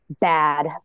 bad